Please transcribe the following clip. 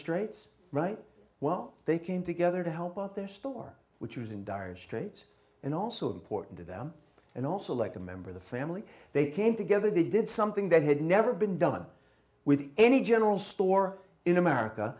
straits right well they came together to help out there still are which was in dire straits and also important to them and also like a member of the family they came together they did something that had never been done with any general store in america